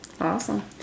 Awesome